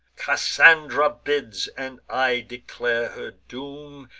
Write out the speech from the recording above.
cassandra bids and i declare her doom.